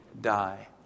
Die